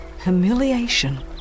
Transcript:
humiliation